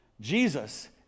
Jesus